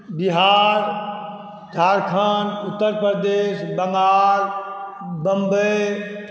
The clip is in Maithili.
बिहार झारखण्ड उत्तर प्रदेश बङ्गाल बम्बइ